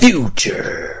Future